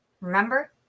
Remember